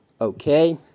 Okay